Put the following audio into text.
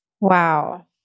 Wow